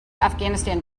afghanistan